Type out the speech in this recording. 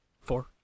Four